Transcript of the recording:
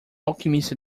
alquimista